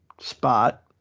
spot